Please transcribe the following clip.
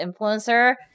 influencer